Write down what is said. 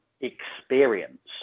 experience